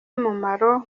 umumaro